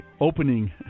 opening